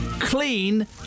clean